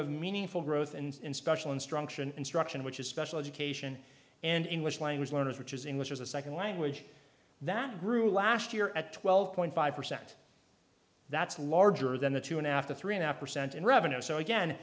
have meaningful growth and in special instruction instruction which is special education and english language learners which is english as a second language that grew last year at twelve point five percent that's larger than the two in after three and a half percent in revenue so again